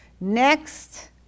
Next